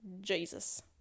Jesus